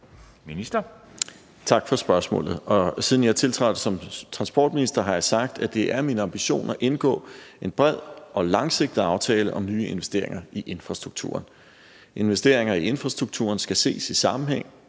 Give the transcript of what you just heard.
Tak for spørgsmålet. Siden jeg tiltrådte som transportminister, har jeg sagt, at det er min ambition at indgå en bred og langsigtet aftale om nye investeringer i infrastrukturen. Investeringer i infrastrukturen skal ses i sammenhæng